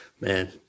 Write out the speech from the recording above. Man